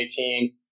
2018